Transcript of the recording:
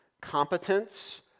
competence